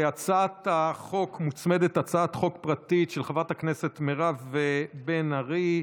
להצעת החוק מוצמדת הצעת חוק פרטית של חברת הכנסת מירב בן ארי,